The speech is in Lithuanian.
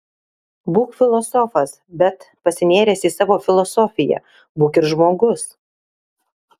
būk filosofas bet pasinėręs į savo filosofiją būk ir žmogus